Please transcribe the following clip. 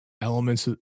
elements